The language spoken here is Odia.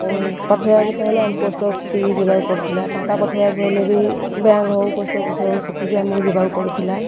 ପଠେଇବାକୁ ଚାହିଁଲେ ଆମେ ପୋଷ୍ଟ ଅଫିସ୍ ହେଇକି ଯିବାକୁ ପଡ଼ୁଥିଲା ଟଙ୍କା ପଠେଇବାକୁ ହେଲେ ବି ବ୍ୟାଙ୍କ୍ ହଉ ପୋଷ୍ଟ ଅଫିସ୍ ହଉ ସେଠିକି ଆମକୁ ଯିବାକୁ ପଡ଼ୁଥିଲା